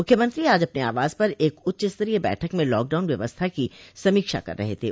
मूख्यमंत्री आज अपने आवास पर एक उच्चस्तरीय बैठक में लॉकडाउन व्यवस्था की समीक्षा कर रहे थे